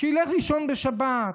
שילך לישון בשבת.